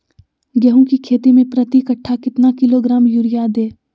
गेंहू की खेती में प्रति कट्ठा कितना किलोग्राम युरिया दे?